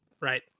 right